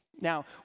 Now